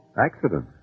Accident